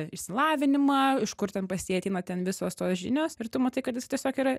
išsilavinimą iš kur ten pas jį ateina ten visos tos žinios ir tu matai kad jis tiesiog yra